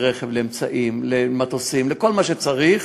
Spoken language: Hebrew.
לרכב, לאמצעים, למטוסים, לכל מה שצריך.